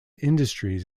industries